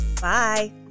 Bye